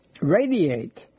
radiate